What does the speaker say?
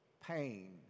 pain